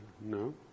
No